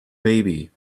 baby